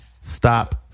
Stop